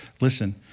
listen